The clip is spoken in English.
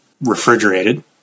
refrigerated